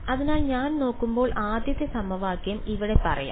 അതിനാൽ ഞാൻ നോക്കുമ്പോൾ ആദ്യത്തെ സമവാക്യം ഇവിടെ പറയാം